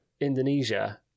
Indonesia